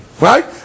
right